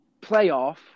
playoff